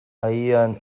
aian